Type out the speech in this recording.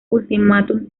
ultimátum